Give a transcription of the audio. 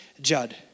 Judd